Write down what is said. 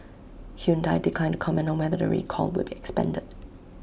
Hyundai declined to comment on whether the recall would be expanded